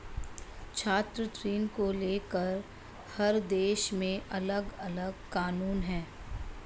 छात्र ऋण को लेकर हर देश में अलगअलग कानून है